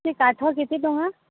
ସେ କାଠ କେତେ ଟଙ୍କା